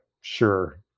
Sure